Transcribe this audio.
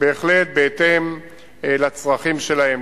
בהחלט בהתאם לצרכים שלהם.